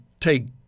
take